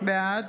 בעד